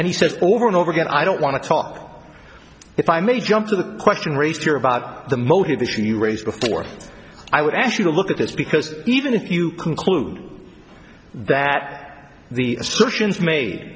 says over and over again i don't want to talk if i may jump to the question raised here about the motivation you raised before i would ask you to look at this because even if you conclude that the